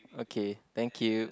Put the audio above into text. okay thank you